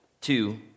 two